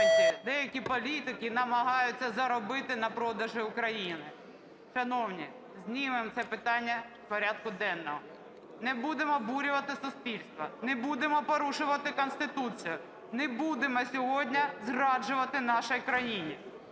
деякі політики намагаються заробити на продажу України. Шановні, знімемо це питання з порядку денного, не будемо обурювати суспільство, не будемо порушувати Конституцію, не будемо сьогодні зраджувати нашій країні.